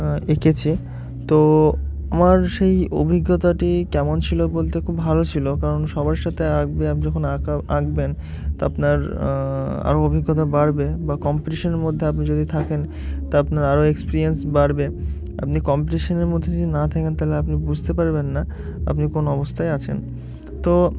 এঁকেছি তো আমার সেই অভিজ্ঞতাটি কেমন ছিল বলতে খুব ভালো ছিল কারণ সবার সাথে আঁকবে আপনি যখন আঁকা আঁকবেন তা আপনার আরও অভিজ্ঞতা বাড়বে বা কম্পিটিশান মধ্যে আপনি যদি থাকেন তা আপনার আরও এক্সপিরিয়েন্স বাড়বে আপনি কম্পিটিশান মধ্যে যদি না থাকেন তাহলে আপনি বুঝতে পারবেন না আপনি কোনো অবস্থায় আছেন তো